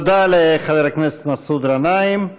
תודה לחבר הכנסת מסעוד גנאים.